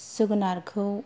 जोगोनारखौ